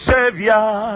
Savior